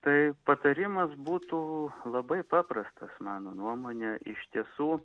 tai patarimas būtų labai paprastas mano nuomone iš tiesų